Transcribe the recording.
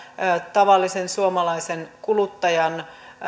tavallisen suomalaisen kuluttajan